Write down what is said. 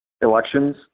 elections